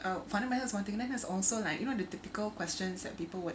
uh fundamentals one thing and then there's also like you know the typical questions that people would